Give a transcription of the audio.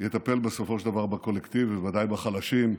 יטפל בסופו של דבר בקולקטיב, בוודאי בחלשים,